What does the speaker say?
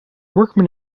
workman